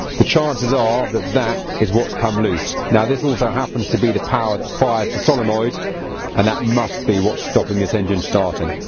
the chances are that that is what's come loose. now this also happens to be the power that fires the solenoid and that must be what's stopping this engine starting.